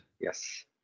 Yes